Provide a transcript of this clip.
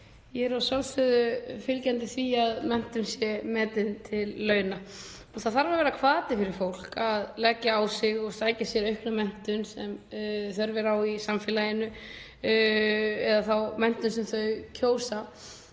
Ég er að sjálfsögðu fylgjandi því að menntun sé metin til launa og það þarf að vera hvati fyrir fólk að leggja á sig og sækja sér aukna menntun sem þörf er á í samfélaginu eða þá menntun sem það kýs